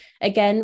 again